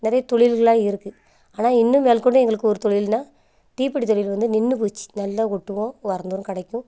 நிறைய தொழில்கள்லாம் இருக்குது ஆனால் இன்னும் மேற்கொண்டு எங்களுக்கு ஒரு தொழில்னா தீப்பெட்டி தொழில் வந்து நின்றுப் போச்சு நல்லா ஒட்டுவோம் வாரந்தோறும் கிடைக்கும்